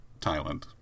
Thailand